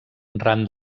ran